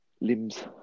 limbs